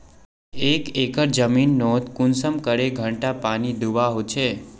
एक एकर जमीन नोत कुंसम करे घंटा पानी दुबा होचए?